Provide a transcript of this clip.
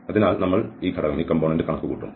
അതിനാൽ നമ്മൾ ഈ ഘടകം കണക്കുകൂട്ടും